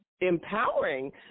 empowering